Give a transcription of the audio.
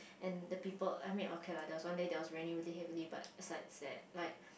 and the people I mean okay lah there was one day that was raining really heavily but aside sad like